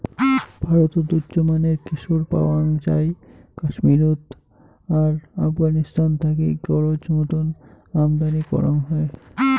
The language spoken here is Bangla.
ভারতত উচ্চমানের কেশর পাওয়াং যাই কাশ্মীরত আর আফগানিস্তান থাকি গরোজ মতন আমদানি করাং হই